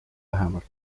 vähemalt